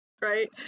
right